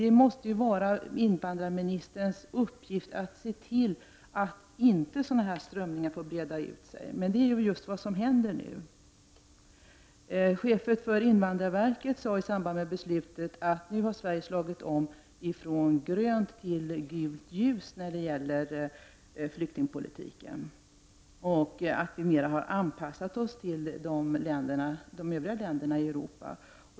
Det måste vara invandrarministerns uppgift att se till att sådana strömningar inte får breda ut sig. Men det är ju just det som nu sker. Chefen för invandrarverket sade i samband med beslutet att Sverige i och med detta beslut har slagit om från grönt till gult ljus när det gäller flyktingpolitiken och att Sverige nu har anpassat sig till de övriga länderna i Europa.